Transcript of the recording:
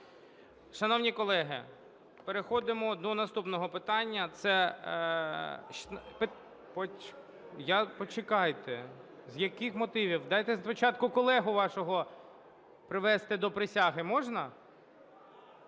Шановні колеги, переходимо до наступного питання, це… Почекайте, з яких мотивів, дайте спочатку колегу вашого привести до присяги. Можна?